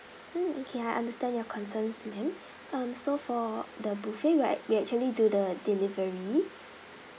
mm okay I understand your concerns ma'am um so for the buffet right we actually do the delivery